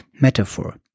metaphor